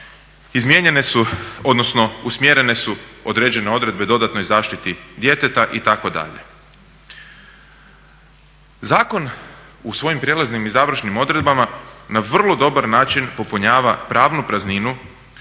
Izmijenjene odnosno usmjerene su određene odredbe o dodatnoj zaštiti djeteta itd. Zakon u svojim prijelaznim i završnim odredbama na vrlo dobar način popunjava pravnu prazninu